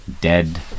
dead